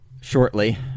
shortly